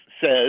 says